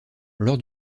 lors